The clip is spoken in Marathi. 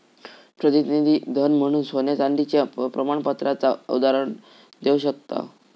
प्रतिनिधी धन म्हणून सोन्या चांदीच्या प्रमाणपत्राचा उदाहरण देव शकताव